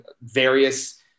various